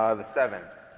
ah the seventh.